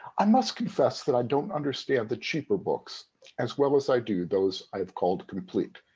i must confess that i don't understand the cheaper books as well as i do those i've called complete.